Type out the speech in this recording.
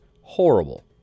horrible